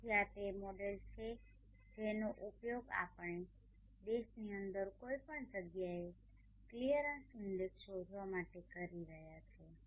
તેથી આ તે મોડેલ છે જેનો ઉપયોગ આપણે દેશની અંદર કોઈપણ જગ્યાએ ક્લિયરન્સ ઇન્ડેક્સ શોધવા માટે કરી રહ્યા છીએ